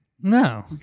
No